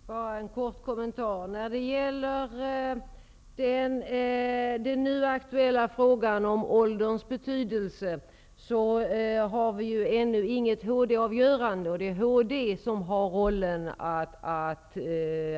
Herr talman! Bara en kort kommentar. När det gäller den nu aktuella frågan om ålderns betydelse har vi ju ännu inget HD-avgörande, och det är HD som har rollen att